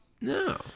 no